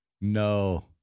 No